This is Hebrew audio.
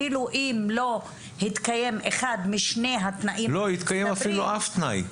אפילו אם לא התקיים אחד משני התנאים --- אפילו לא התקיים תנאי אחד.